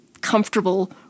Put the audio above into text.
comfortable